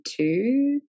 two